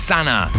Sana